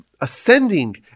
ascending